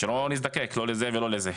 ושלא נזדקק, לא לזה ולא לזה.